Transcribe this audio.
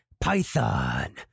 Python